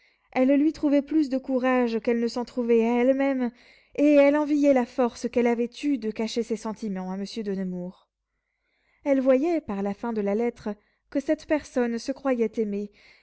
elle lui trouvait plus de courage qu'elle ne s'en trouvait à elle-même et elle enviait la force qu'elle avait eue de cacher ses sentiments à monsieur de nemours elle voyait par la fin de la lettre que cette personne se croyait aimée